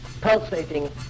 pulsating